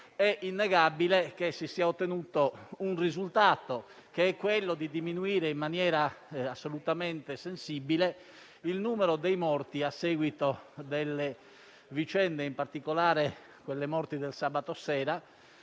innegabile che si sia ottenuto il risultato di diminuire in maniera assolutamente sensibile il numero dei morti a seguito di queste vicende, in particolare le morti del sabato sera.